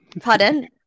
pardon